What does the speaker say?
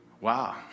Wow